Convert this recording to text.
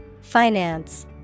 Finance